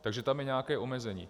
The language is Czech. Takže tam je nějaké omezení.